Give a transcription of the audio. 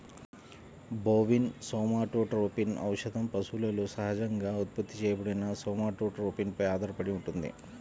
bovine somatotropin ఔషధం పశువులలో సహజంగా ఉత్పత్తి చేయబడిన సోమాటోట్రోపిన్ పై ఆధారపడి ఉంటుంది